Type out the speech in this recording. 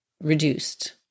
reduced